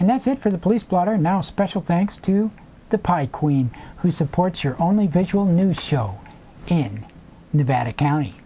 and that's it for the police blotter now special thanks to the pi queen who supports your only visual news show